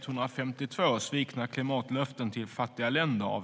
Herr talman!